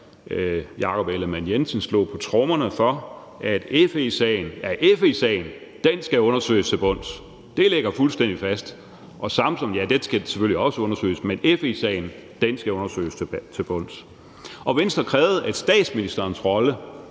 Jakob Ellemann-Jensen, slog på tromme for, at FE-sagen skulle undersøges til bunds, og at det lå fuldstændig fast. Det fremgik, at Samsamsagen selvfølgelig også skulle undersøges, men at FE-sagen skulle undersøges til bunds! Venstre krævede, at statsministerens rolle